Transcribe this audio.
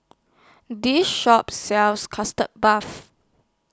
This Shop sells Custard Puff